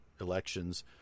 elections